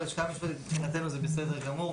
מבחינתנו זה בסדר גמור.